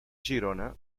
girona